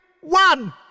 one